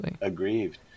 aggrieved